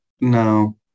No